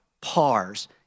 pars